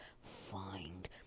find